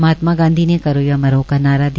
महात्मा गांधी ने करो या मरो का नारा दिया